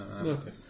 Okay